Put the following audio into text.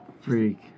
Freak